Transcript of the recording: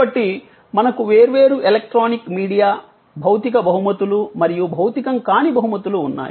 కాబట్టి మనకు వేర్వేరు ఎలక్ట్రానిక్ మీడియా భౌతిక బహుమతులు మరియు భౌతికం కాని బహుమతులు ఉన్నాయి